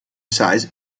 size